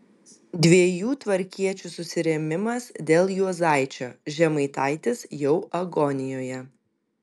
dviejų tvarkiečių susirėmimas dėl juozaičio žemaitaitis jau agonijoje